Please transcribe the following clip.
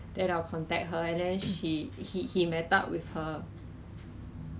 那个 新闻 suddenly announced 讲没有 bubble tea